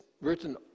written